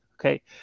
okay